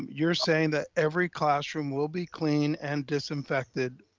you're saying that every classroom will be clean and disinfected